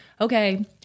okay